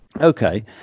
Okay